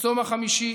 וצום החמישי